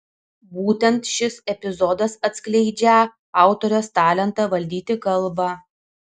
būtent šis epizodas atskleidžią autorės talentą valdyti kalbą